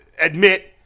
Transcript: admit